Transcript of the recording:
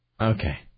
Okay